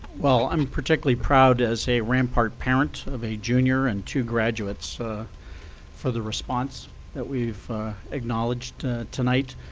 well, i'm particularly proud as a rampart parent of a junior and two graduates for the response that we've acknowledged tonight.